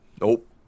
Nope